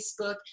Facebook